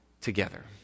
together